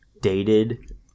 dated